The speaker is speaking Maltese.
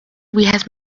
wieħed